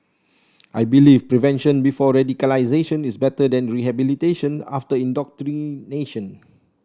I believe prevention before radicalisation is better than rehabilitation after indoctrination